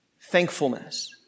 thankfulness